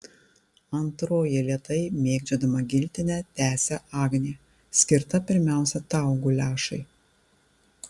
antroji lėtai mėgdžiodama giltinę tęsia agnė skirta pirmiausia tau guliašai